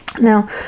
now